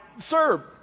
sir